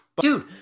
dude